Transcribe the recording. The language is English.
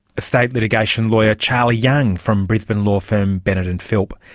estate litigation lawyer charlie young from brisbane law firm bennett and philp.